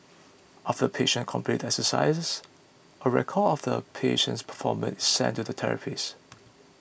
after the patient completes the exercises a record of the patient's performance sent to the therapist